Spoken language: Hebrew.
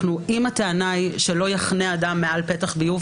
הטענה היא שאדם לא יחנה מעל פתח ביוב,